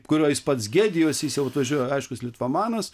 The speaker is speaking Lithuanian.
kurio jis pats gėdijosi jis jau atvažiuoja aiškus litvomanas